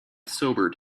sobered